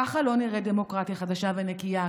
ככה לא נראית דמוקרטיה חדשה ונקייה,